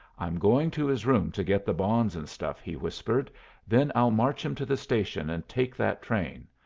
i'm going to his room to get the bonds and stuff, he whispered then i'll march him to the station and take that train.